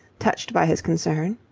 touched by his concern.